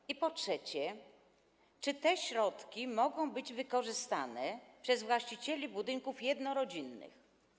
I po trzecie, czy te środki mogą być wykorzystane przez właścicieli budynków jednorodzinnych?